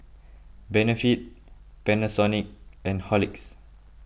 Benefit Panasonic and Horlicks